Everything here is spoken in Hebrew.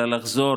אלא לחזור